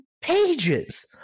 pages